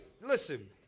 listen